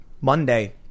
Monday